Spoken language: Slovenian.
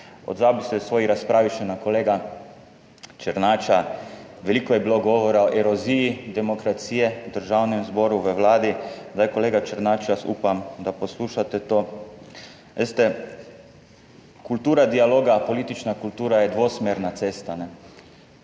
Odzval bi se v svoji razpravi še na kolega Černača. Veliko je bilo govora o eroziji demokracije v Državnem zboru, v Vladi. Zdaj, kolega Černač, jaz upam, da poslušate to. Veste, kultura dialoga, politična kultura je dvosmerna cesta